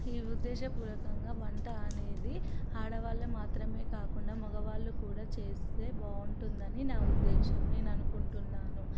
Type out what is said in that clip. ఈ ఉద్దేశపూర్వకంగా వంట అనేది ఆడవాళ్ళు మాత్రమే కాకుండా మగవాళ్ళు కూడా చేస్తే బాగుంటుందని నా ఉద్దేశ్యం నేను అనుకుంటున్నాను